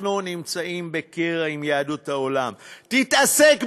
אנחנו נמצאים בקרע עם יהדות העולם, תתעסק בזה,